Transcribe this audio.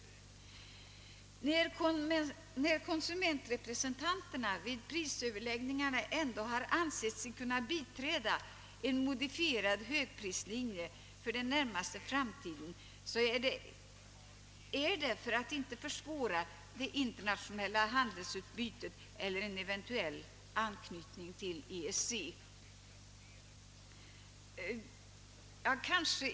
När konsumentrepresentanterna vid prisöverläggningarna ändå har ansett sig kunna biträda förslaget om en modifierad högprislinje för den närmaste framtiden, så har det skett för att inte för svåra det internationella handelsutbytet eller en eventuell anknytning till EEC.